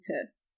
tests